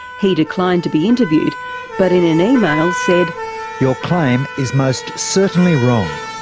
he declined to be interviewed but in an email said your claim is most certainly wrong.